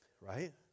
Right